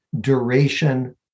duration